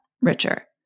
richer